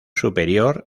superior